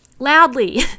Loudly